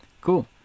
cool